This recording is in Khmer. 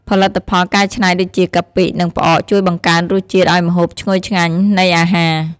ផលិតផលកែច្នៃដូចជា កាពិ និងផ្អកជួយបង្កើនរសជាតិឱ្យម្ហូបឈ្ងុយឆ្ងាញ់នៃអាហារ។